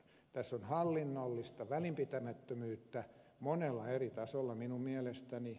tässä on hallinnollista välinpitämättömyyttä monella eri tasolla minun mielestäni